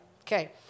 Okay